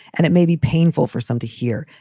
and it may be painful for some to hear,